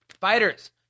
Fighters